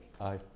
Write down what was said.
Aye